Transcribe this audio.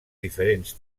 diferents